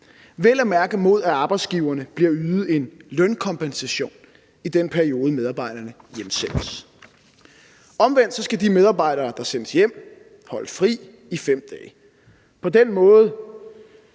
vel at mærke mod at arbejdsgiverne bliver ydet en lønkompensation i den periode, medarbejderne hjemsendes. Omvendt skal de medarbejdere, der sendes hjem, holde ferie i 5 dage. På den måde